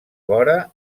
vora